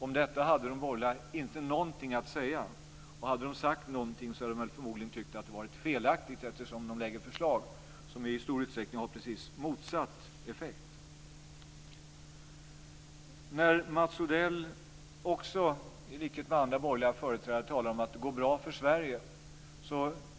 Om detta hade de borgerliga inte någonting att säga, och om de hade sagt någonting hade de förmodligen menat att det varit felaktigt, eftersom de lägger fram förslag som i stor utsträckning har precis motsatt effekt. Mats Odell talar i likhet med andra borgerliga företrädare om att det går bra för Sverige.